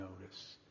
notice